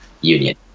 union